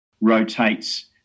rotates